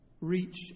reach